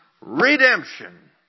redemption